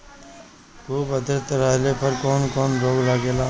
खुब आद्रता रहले पर कौन कौन रोग लागेला?